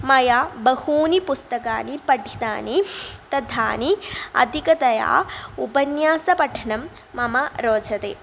मया बहूनि पुस्तकानि पठितानि तथानि अधिकतया उपन्यासपठनं मम रोचते